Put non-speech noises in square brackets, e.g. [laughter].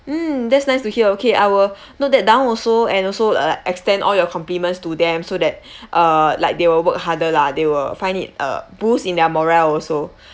mm that's nice to hear okay I'll note that down also and also like extend all your compliments to them so that [breath] uh like they will work harder lah they will find it uh boost in their morale also [breath]